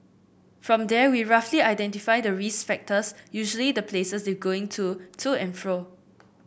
from there we'll roughly identify the risk factors usually the places they're going to to and fro